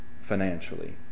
financially